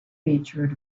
featured